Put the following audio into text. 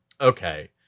Okay